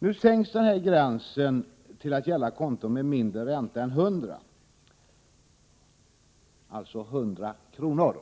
Nu sänks denna gräns till att gälla konton med en ränta mindre än 100 kr.